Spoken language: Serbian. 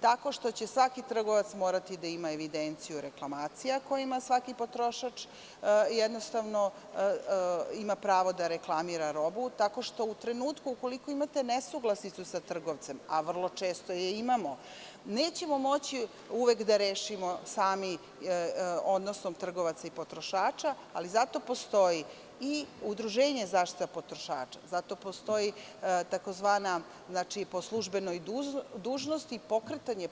Tako što će svaki trgovac morati da ima evidenciju reklamacija koje ima svaki potrošač, koji jednostavno ima pravo da reklamira robu, tako što u trenutku ukoliko imate nesuglasicu sa trgovce, a vrlo često je imamo, nećemo moći uvek da rešimo sami odnosom trgovaca i potrošača, ali zato postoji i Udruženje za zaštitu potrošača, zato postoji po službenoj dužnosti pokretanje